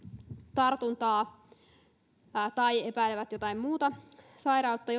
tartuntaa tai epäilevät jotain muuta sairautta